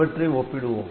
இவற்றை ஒப்பிடுவோம்